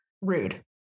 rude